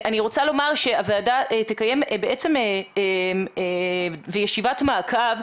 אני רוצה לומר שהוועדה תקיים ישיבת מעקב,